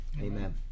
Amen